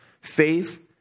Faith